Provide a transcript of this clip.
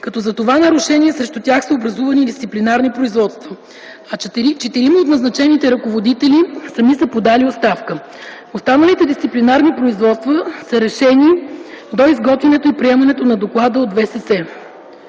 като за това нарушение срещу тях са образувани дисциплинарни производства, а четирима от назначените ръководители сами са подали оставка. Останалите дисциплинарни производства са решени до изготвянето и приемането на доклада от ВСС.